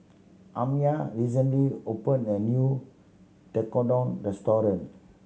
Amaya recently opened a new Tekkadon restaurant